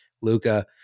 Luca